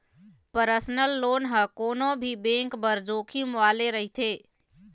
personal loan ह कोनो भी बेंक बर जोखिम वाले रहिथे